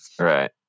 right